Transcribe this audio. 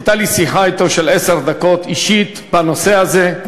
הייתה לי אתו שיחה של עשר דקות, אישית, בנושא הזה,